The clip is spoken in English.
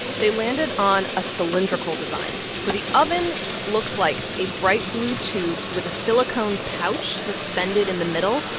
they landed on a cylindrical design. so the oven looks like a bright blue tube with a silicone pouch suspended in the middle.